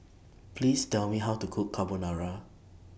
Please Tell Me How to Cook Carbonara